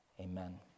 Amen